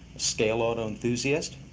scale auto enthusiast,